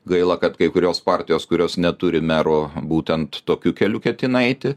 gaila kad kai kurios partijos kurios neturi merų būtent tokiu keliu ketina eiti